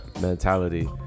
mentality